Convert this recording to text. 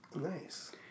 Nice